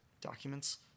Documents